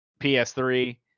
PS3